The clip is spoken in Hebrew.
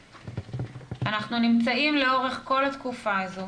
אנחנו נמצאים לאורך כל התקופה הזו